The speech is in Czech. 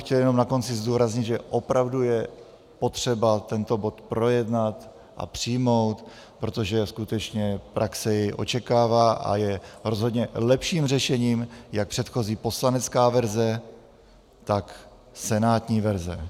Chtěl bych jenom na konci zdůraznit, že opravdu je potřeba tento bod projednat a přijmout, protože skutečně praxe jej očekává a je rozhodně lepším řešením, jak předchozí poslanecká verze, tak senátní verze.